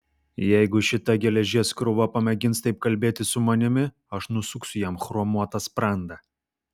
jeigu šita geležies krūva pamėgins taip kalbėti su manimi aš nusuksiu jam chromuotą sprandą